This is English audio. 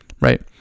right